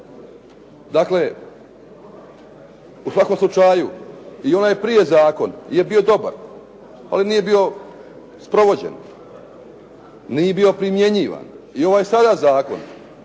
Dakle, u svakom slučaju i onaj prije zakon je bio dobar ali nije bio sprovođen, nije bio primjenjivan. I ovaj sada zakon